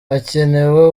hakenewe